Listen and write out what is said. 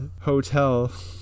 hotel